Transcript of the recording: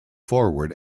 forward